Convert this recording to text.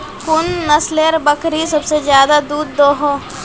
कुन नसलेर बकरी सबसे ज्यादा दूध दो हो?